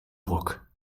ruck